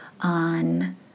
on